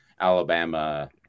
alabama